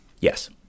Yes